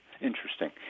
interesting